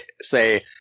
say